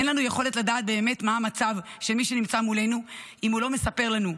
אין לנו יכולת לדעת באמת מה המצב של מי שנמצא מולנו אם הוא לא מספר לנו.